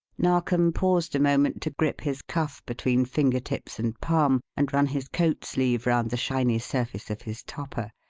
narkom paused a moment to grip his cuff between finger tips and palm, and run his coat sleeve round the shiny surface of his topper,